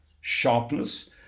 sharpness